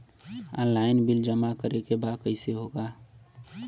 Online bill जमा करे के बा कईसे होगा?